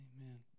Amen